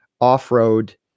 off-road